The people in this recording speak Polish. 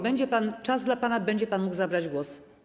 Będzie czas dla pana i będzie pan mógł zabrać głos.